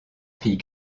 fille